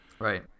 Right